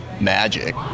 magic